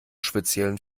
speziellen